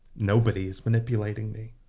nobody is manipulating me.